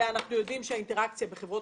ואנחנו יודעים שהאינטראקציה בחברות